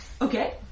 Okay